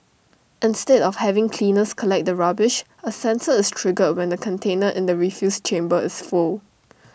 instead of having cleaners collect the rubbish A sensor is triggered when the container in the refuse chamber is full